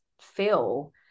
feel